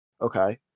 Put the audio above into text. Okay